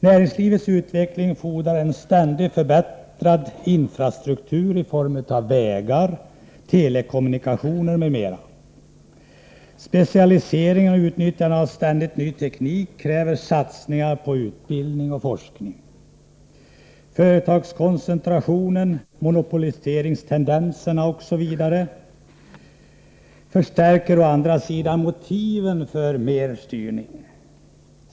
Näringslivets utveckling fordrar en ständigt förbättrad infrastruktur i form av vägar, telekommunikationer m.m. Specialiseringen och utnyttjandet av ständigt ny teknik kräver satsningar på utbildning och forskning. Företagskoncentrationen, monopoliseringstendenserna osv. förstärker å andra sidan motiven för mer styrning.